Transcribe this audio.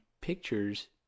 pictures